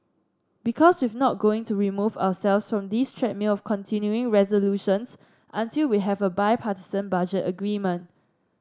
because we've not going to remove ourselves from this treadmill of continuing resolutions until we have a bipartisan budget agreement